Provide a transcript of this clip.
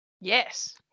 Yes